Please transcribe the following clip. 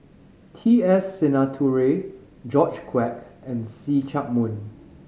T S Sinnathuray George Quek and See Chak Mun